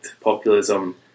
populism